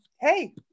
hey